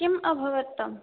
किं अभवत् तं